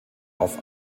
auf